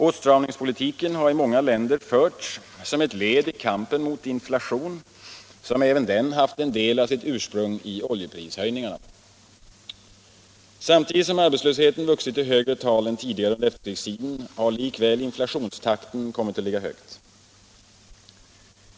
Åtstramningspolitiken har i många länder förts som ett led i kampen mot inflation, som även den haft en del av sitt ursprung i oljeprishöjningarna. Samtidigt som arbetslösheten vuxit till högre tal än tidigare under efterkrigstiden har likväl inflationstakten kommit att ligga högt.